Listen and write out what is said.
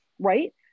right